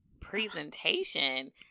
presentation